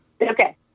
Okay